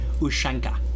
Ushanka